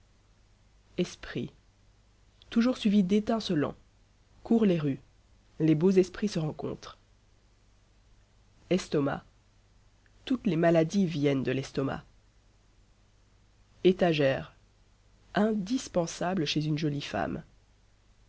esprit toujours suivi d'étincelant court les rues les beaux esprits se rencontrent estomac toutes les maladies viennent de l'estomac étagère indispensable chez une jolie femme